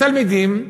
תלמידים,